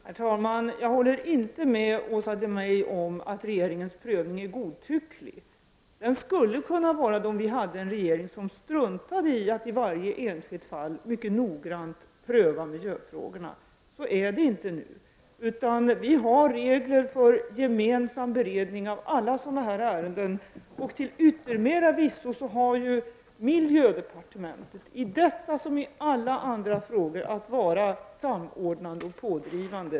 Herr talman! Jag håller inte med Åsa Domeij om att regeringens prövning är godtycklig. Den skulle kunna vara det om vi hade en regering som struntade i att i varje enskilt fall mycket noggrant pröva miljöfrågorna. Så är det inte nu, utan vi har regler för gemensam beredning av alla sådana ärenden. Till yttermera visso har miljödepartementet, i denna som i alla andra frågor, att vara samordnande och pådrivande.